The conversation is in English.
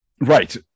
Right